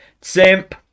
Simp